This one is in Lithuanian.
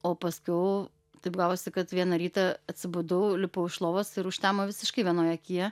o paskiau taip gavosi kad vieną rytą atsibudau lipau iš lovos ir užtemo visiškai vienoj akyje